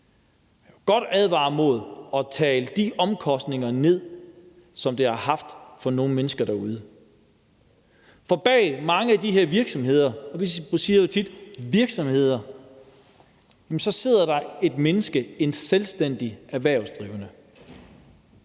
Jeg vil godt advare mod at tale de omkostninger ned, som det har haft for nogle mennesker derude, for bag mange af de her virksomheder sidder der et menneske, en selvstændig erhvervsdrivende,